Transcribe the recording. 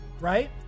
right